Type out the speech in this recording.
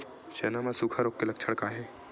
चना म सुखा रोग के लक्षण का हे?